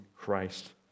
Christ